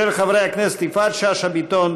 של חברי הכנסת יפעת שאשא ביטון,